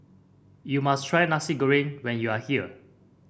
you must try Nasi Goreng when you are here